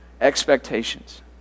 expectations